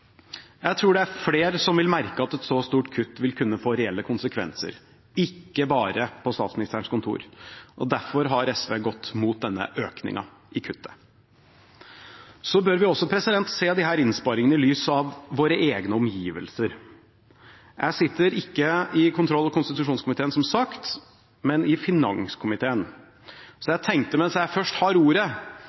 vil merke at et så stort kutt vil få reelle konsekvenser, ikke bare på Statsministerens kontor. Derfor har SV gått imot denne økningen i kuttet. Vi bør også se disse innsparingene i lys av våre egne omgivelser. Jeg sitter som sagt ikke i kontroll- og konstitusjonskomiteen, men i finanskomiteen. Mens jeg først har ordet,